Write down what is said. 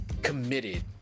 Committed